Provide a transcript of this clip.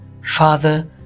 father